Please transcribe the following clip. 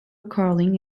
carling